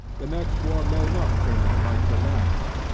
the next war may not turn out like the last,